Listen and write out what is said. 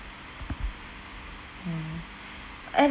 ya and